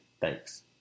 Thanks